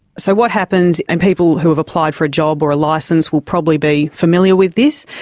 so what happens, and people who have applied for a job or a licence will probably be familiar with this,